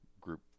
group